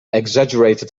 exaggerated